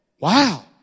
Wow